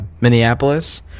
minneapolis